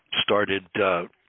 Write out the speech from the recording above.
started